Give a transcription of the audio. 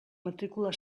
matrícula